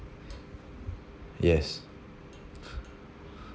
yes